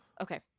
Okay